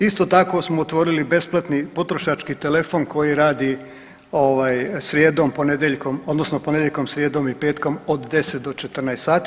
Isto tako smo otvorili besplatni potrošački telefon koji radi ovaj srijedom, ponedjeljkom, odnosno ponedjeljkom, srijedom i petkom od 10 do 14 sati.